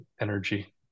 energy